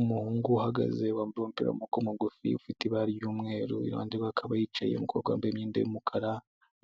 Umuhungu uhagaze wambaye umupira w'amaboko mugufi ufite ibara ry'umweru, iruhande rwe hakaba hicaye umukobwa wambaye imyenda y'umukara.